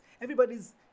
Everybody's